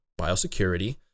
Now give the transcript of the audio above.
biosecurity